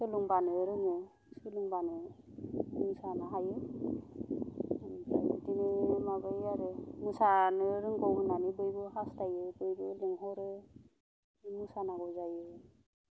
सोलोंबानो रोङो सोलोंबानो मोसानो हायो ओमफ्राय बिदिनो माबायो आरो मोसानो रोंगौ होननानै बयबो हासथायो बयबो लेंहरो मोसानांगौ जायो